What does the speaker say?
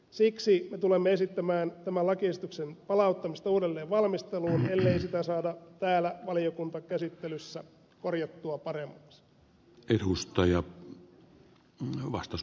siksi me tulemme esittämään tämän lakiesityksen palauttamista uudelleen valmisteluun ellei sitä saada täällä valiokuntakäsittelyssä korjattua paremmaksi